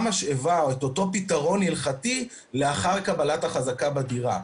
משאבה או את אותו פתרון הלכתי לאחר קבלת החזקה בדירה.